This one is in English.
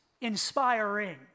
inspiring